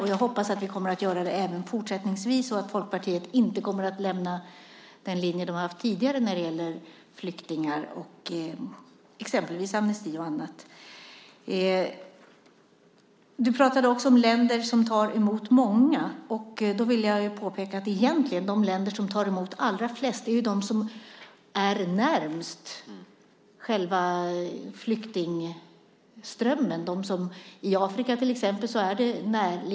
Jag hoppas att vi kommer att göra det även fortsättningsvis och att Folkpartiet inte kommer att lämna den linje man tidigare har haft när det gäller flyktingar, amnesti och annat. Du pratade om länder som tar emot många. Jag vill påpeka att de länder som tar emot flest är de som är närmast själva flyktingströmmen. I Afrika är det näraliggande länder som tar emot flest.